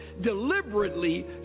deliberately